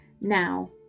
now